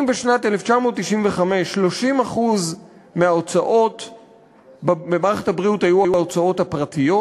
אם בשנת 1995 30% מההוצאות במערכת הבריאות היו ההוצאות הפרטיות,